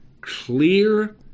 clear